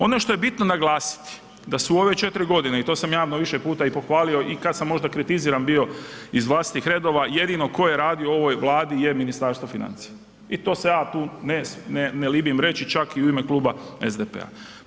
Ono što je bitno naglasiti da su u ove 4 godine i to sam javno i više puta i pohvalio i kad sam možda kritiziran bio iz vlastitih redova jedno tko je radio u ovoj Vladi je Ministarstvo financija i to se ja tu ne libim reći čak i u ime Kluba SDP-a.